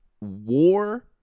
war